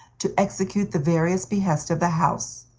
to execute the various behests of the house,